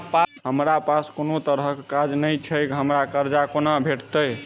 हमरा पास कोनो तरहक कागज नहि छैक हमरा कर्जा कोना भेटत?